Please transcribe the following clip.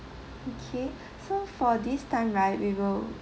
okay so for this time right we will